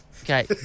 Okay